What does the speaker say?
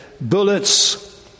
bullets